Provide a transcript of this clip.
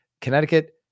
Connecticut